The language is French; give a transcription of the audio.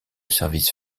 service